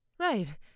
Right